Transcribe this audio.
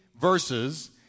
verses